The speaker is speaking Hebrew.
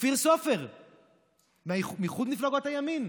אופיר סופר מאיחוד מפלגות הימין,